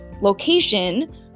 location